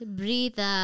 breathe